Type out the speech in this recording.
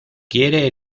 quiere